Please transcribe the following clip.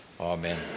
Amen